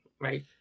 right